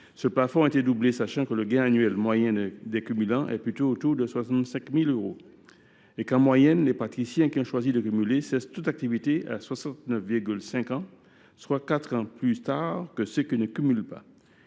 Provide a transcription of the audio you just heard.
Ce plafond a été doublé, sachant que le gain annuel moyen des « cumulants » s’établit plutôt autour de 65 000 euros et que les praticiens qui ont choisi de cumuler cessent en moyenne toute activité à 69,5 ans, soit quatre ans plus tard que ceux qui ne cumulent pas.